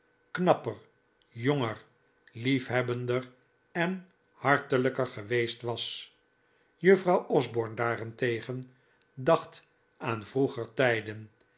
knapper jonger liefhebbender en hartelijker geweest was juffrouw osborne daarentegen dacht aan vroeger tijden